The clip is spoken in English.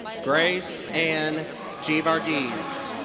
grace ann geevarghese.